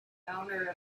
owner